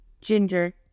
ginger